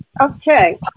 Okay